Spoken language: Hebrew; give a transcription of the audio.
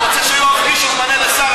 אני רוצה שיואב קיש יתמנה לשר,